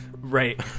right